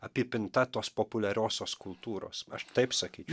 apipinta tos populiariosios kultūros aš taip sakyčiau